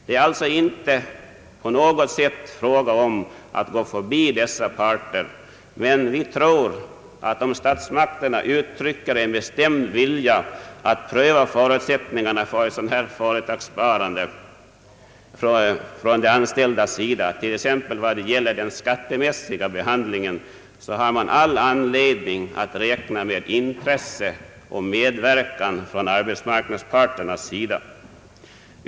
Det är alltså inte på något sätt fråga om att gå förbi dessa parter, men vi tror att om statsmakterna uttrycker en bestämd vilja att pröva förutsättningarna för ett sådant företagssparande från de anställdas sida, t.ex. vad gäller den skattemässiga behandlingen, så har man all anledning att räkna med intresse och medverkan från arbetsmarknadsparterna.